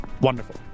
Wonderful